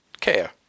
care